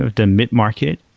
the midmarket,